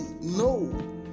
No